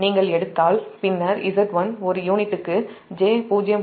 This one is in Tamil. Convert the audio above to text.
நீங்கள் எடுத்தால் பின்னர் Z1 ஒரு யூனிட்டுக்கு j0